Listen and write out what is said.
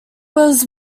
was